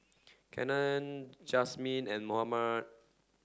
Kenney Jazmin and Mohammad